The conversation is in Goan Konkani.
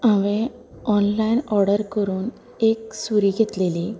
हांवेन ऑन्लाइन ऑर्डर करून एक सुरी घेतलेली